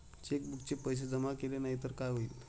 चेकबुकचे पैसे जमा केले नाही तर काय होईल?